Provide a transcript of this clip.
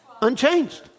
Unchanged